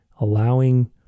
allowing